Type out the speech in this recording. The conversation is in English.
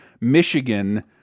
Michigan